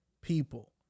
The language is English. people